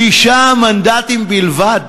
שישה מנדטים בלבד.